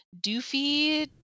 doofy